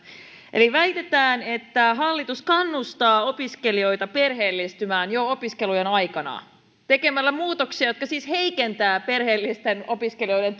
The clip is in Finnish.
eli väitetään että hallitus kannustaa opiskelijoita perheellistymään jo opiskelujen aikana tekemällä muutoksia jotka siis heikentävät perheellisten opiskelijoiden